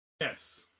Yes